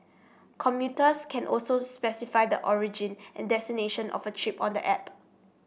commuters can also specify the origin and destination of a trip on the app